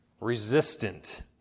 resistant